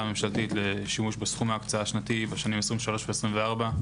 הממשלתית לשימוש בסכום ההקצאה השנתי בשנים 23' ו-24'